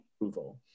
approval